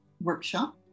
workshop